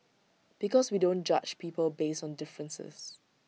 because we don't judge people based on differences